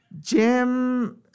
Jim